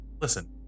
listen